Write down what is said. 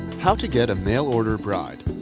how to get a mail-order bride.